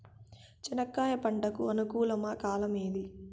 చెనక్కాయలు పంట కు అనుకూలమా కాలం ఏది?